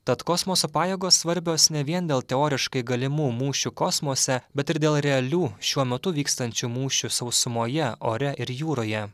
tad kosmoso pajėgos svarbios ne vien dėl teoriškai galimų mūšių kosmose bet ir dėl realių šiuo metu vykstančių mūšių sausumoje ore ir jūroje